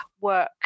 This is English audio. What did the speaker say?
work